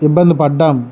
ఇబ్బంది పడ్డాం